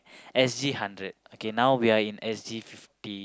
S_G hundred okay now we are in S_G fifty